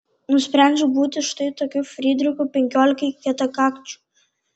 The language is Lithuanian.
nusprendžiau būti štai tokiu frydrichu penkiolikai kietakakčių